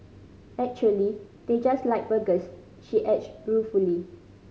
actually they just like burgers she adds ruefully